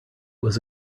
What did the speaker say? was